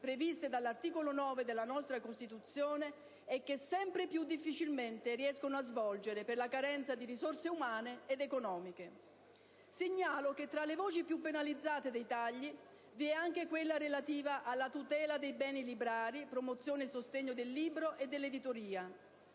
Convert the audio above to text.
previste dall'articolo 9 della nostra Costituzione e che sempre più difficilmente riescono a svolgere per la carenza di risorse umane ed economiche. Segnalo che tra le voci più penalizzate dai tagli vi è anche quella relativa alla «tutela dei beni librari, promozione e sostegno del libro e dell'editoria».